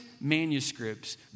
manuscripts